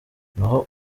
naho